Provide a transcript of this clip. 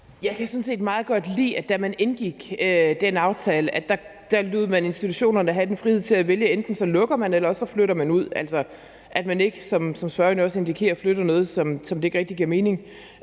meget godt lide, at man, da man indgik den aftale, lod institutionerne have den frihed til at vælge, at man enten lukkede, eller også flyttede man ud, og at man altså ikke, som spørgeren jo også indikerer, flytter noget, som det ikke rigtig giver mening